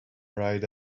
ride